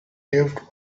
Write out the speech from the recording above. lived